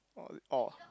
orh it orh